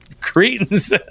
Cretans